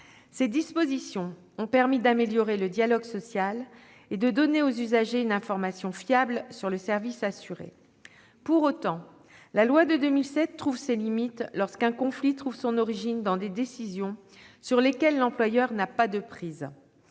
Ces dispositions ont permis d'améliorer le dialogue social et de donner aux usagers une information fiable sur le service assuré. Pour autant, la loi de 2007 rencontre ses limites lorsqu'un conflit trouve son origine dans des décisions sur lesquelles l'employeur n'a pas de prise.